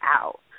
out